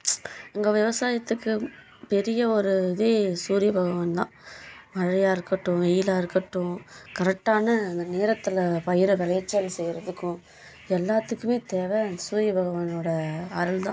இங்கே விவசாயத்துக்கு பெரிய ஒரு இதே சூரிய பகவான்தான் மழையாக இருக்கட்டும் வெயிலாக இருக்கட்டும் கரெக்டான அந்த நேரத்தில் பயிரை விளைச்சல் செய்கிறதுக்கும் எல்லாத்துக்குமே தேவை அந்த சூரிய பகவானோடய அருள்தான்